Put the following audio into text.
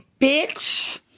bitch